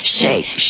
shake